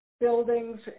buildings